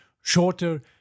Shorter